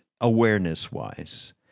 awareness-wise